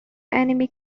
enemy